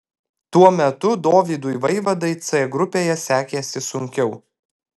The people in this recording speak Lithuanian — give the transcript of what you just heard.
tuo metu dovydui vaivadai c grupėje sekėsi sunkiau